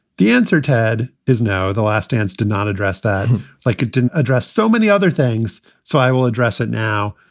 the answer, ted, is now the last dance. did not address that like it didn't address so many other things. so i will address it now.